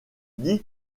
dit